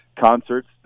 concerts